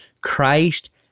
Christ